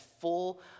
full